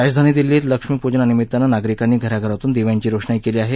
राजधानी दिल्लीत लक्ष्मीप्जननिमित नागरिकांनी घराघरातून दिव्यांची रोषणाई केली आहे